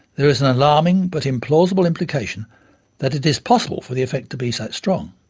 there is an alarming but implausible implication that it is possible for the effect to be so that strong.